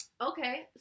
okay